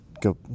Go